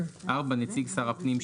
נציג שר הפנים,